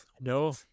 no